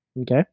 Okay